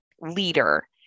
leader